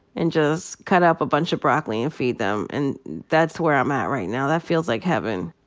and just cut up a bunch of broccoli and feed them. and that's where i'm at right now. that feels like heaven.